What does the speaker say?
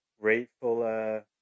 grateful